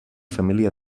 família